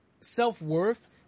self-worth